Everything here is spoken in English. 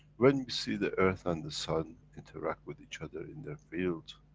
when we see the earth and the sun interact with each other in their field,